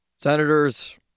Senators